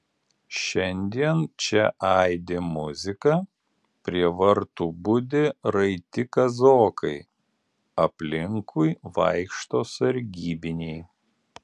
šiandien čia aidi muzika prie vartų budi raiti kazokai aplinkui vaikšto sargybiniai